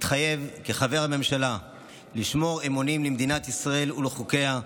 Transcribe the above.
מתחייב כחבר הממשלה לשמור אמונים למדינת ישראל ולחוקיה,